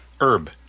Herb